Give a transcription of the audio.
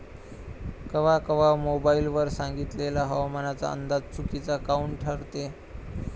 कवा कवा मोबाईल वर सांगितलेला हवामानाचा अंदाज चुकीचा काऊन ठरते?